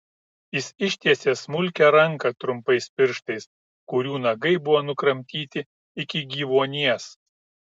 jis ištiesė smulkią ranką trumpais pirštais kurių nagai buvo nukramtyti iki gyvuonies